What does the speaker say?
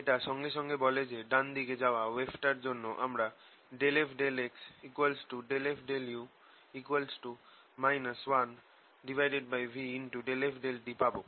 এটা সঙ্গে সঙ্গে বলে যে ডান দিকে যাওয়া ওয়েভটার জন্য আমরা ∂f∂x ∂f∂u 1v ∂f∂t পাবো